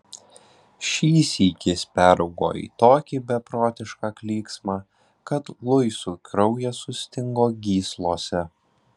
šįsyk jis peraugo į tokį beprotišką klyksmą kad luisui kraujas sustingo gyslose